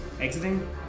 exiting